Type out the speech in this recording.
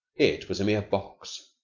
it was a mere box.